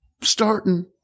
starting